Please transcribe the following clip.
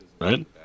right